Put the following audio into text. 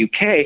UK